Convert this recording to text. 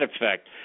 effect